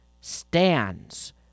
stands